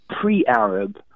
pre-Arab